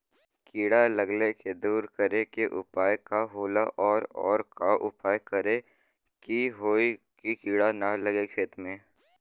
कीड़ा लगले के दूर करे के उपाय का होला और और का उपाय करें कि होयी की कीड़ा न लगे खेत मे?